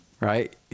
right